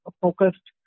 focused